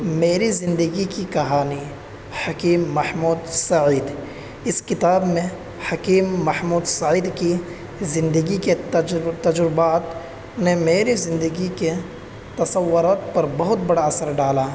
میری زندگی کی کہانی حکیم محمود سعید اس کتاب میں حکیم محمود سعید کی زندگی کے تجر تجربات نے میری زندگی کے تصورات پر بہت بڑا اثر ڈالا